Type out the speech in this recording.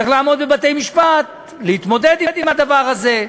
צריך לעמוד בבתי-משפט, להתמודד עם הדבר הזה.